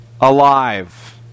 alive